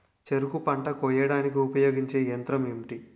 చెరుకు పంట కోయడానికి ఉపయోగించే యంత్రం ఎంటి?